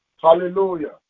Hallelujah